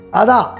ada